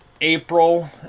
April